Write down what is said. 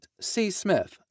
csmith